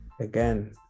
again